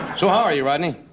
so how are you, rodney?